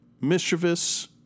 mischievous